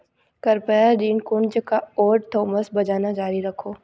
कृपया Dean Koontz का Odd Thomas बजाना जारी रखो